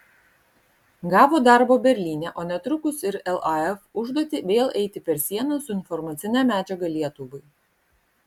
gavo darbo berlyne o netrukus ir laf užduotį vėl eiti per sieną su informacine medžiaga lietuvai